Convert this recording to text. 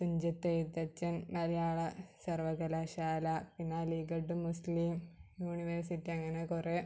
തുഞ്ചത്തെഴുത്തച്ഛൻ മലയാള സർവ്വകലാശാല പിന്നെ Aligarh Muslim university അങ്ങനെ കുറേ